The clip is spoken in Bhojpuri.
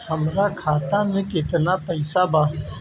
हमरा खाता में केतना पइसा बा?